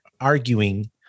arguing